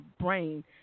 brain